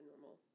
normal